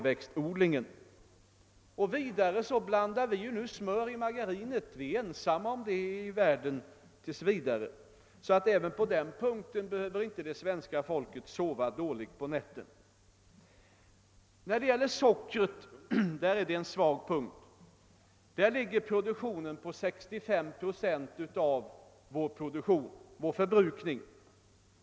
Vi blandar nu vidare smör i margarinet, vilket vi tills vidare är ensamma om i världen. Inte heller med hänsyn till försörjningen av margarin behöver svenska folket alltså sova dåligt om nätterna. Sockret är en svag punkt. Produktionen uppgår därvidlag till 65 procent av vår förbrukning.